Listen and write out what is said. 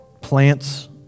plants